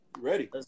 Ready